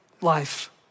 life